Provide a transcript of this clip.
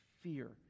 Fear